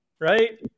Right